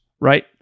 right